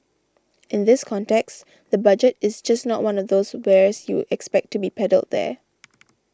in this context the Budget is just not one of those wares you expect to be peddled there